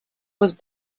was